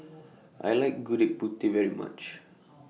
I like Gudeg Putih very much